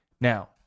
now